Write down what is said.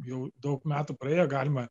jau daug metų praėjo galima